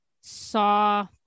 saw